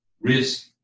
risk